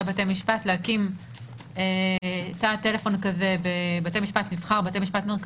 בתי משפט להקים תא טלפון כזה בבתי משפט מרכזיים,